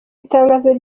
itangazo